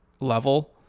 level